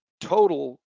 total